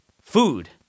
food